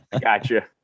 Gotcha